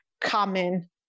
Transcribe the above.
common